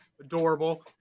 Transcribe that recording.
adorable